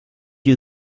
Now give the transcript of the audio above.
you